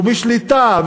הוא בשליטה,